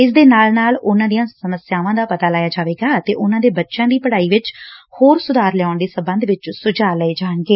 ਇਸ ਦੇ ਨਾਲ ਹੀ ਉਨੂਾਂ ਦੀਆਂ ਸਮੱਸਿਆਵਾਂ ਦਾ ਪਤਾ ਲਾਇਆ ਜਾਵੇਗਾ ਅਤੇ ਉਸ ਦੇ ਬੱਚਿਆਂ ਦੀ ਪਤਾਈ ਵਿਚ ਹੋਰ ਸੁਧਾਰ ਲਿਆਉਣ ਦੇ ਸਬੰਧ ਵਿਚ ਸੁਝਾਅ ਲਏ ਜਾਣਗੇ